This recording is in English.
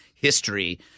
history